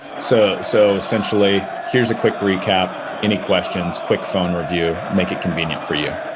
so so, essentially, here's a quick recap. any questions? quick phone review. make it convenient for you.